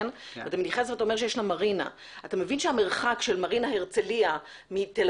אתה אומר שיש לה מרינה - אתה מבין שהמרחק של מרינה הרצליה מתל